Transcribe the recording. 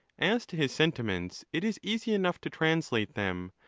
as to his sentiments, it is easy enough to translate them,